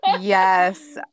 yes